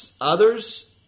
Others